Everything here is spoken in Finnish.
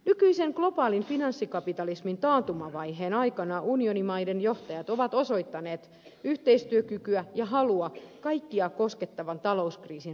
nykyisen globaalin finanssikapitalismin taantumavaiheen aikana unionimaiden johtajat ovat osoittaneet yhteistyökykyä ja halua kaikkia koskettavan talouskriisin ratkaisussa